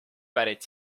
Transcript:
pärit